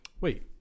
Wait